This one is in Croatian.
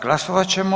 Glasovat ćemo.